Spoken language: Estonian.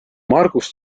margus